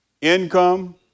income